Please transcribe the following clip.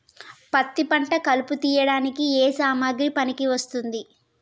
పత్తి పంట కలుపు తీయడానికి ఏ సామాగ్రి పనికి వస్తుంది?